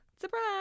Surprise